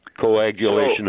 Coagulation